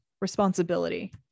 responsibility